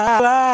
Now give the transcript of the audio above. fly